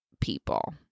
people